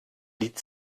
lied